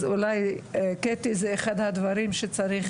אז אולי קטי זה אחד הדברים שצריכים להוסיף לה.